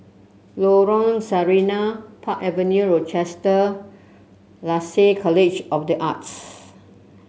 Lorong Sarina Park Avenue Rochester Lasalle College of the Arts